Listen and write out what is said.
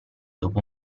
dopo